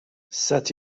set